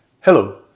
Hello